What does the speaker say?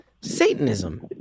Satanism